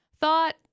thought